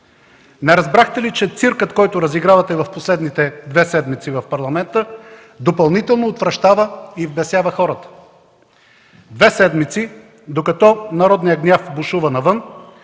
Не разбрахте ли, че циркът, който разигравате в последните две седмици в Парламента, допълнително отвращава и вбесява хората? Две седмици, докато народният гняв бушува навън,